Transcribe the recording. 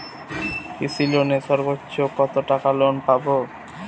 কৃষি লোনে সর্বোচ্চ কত টাকা লোন পাবো?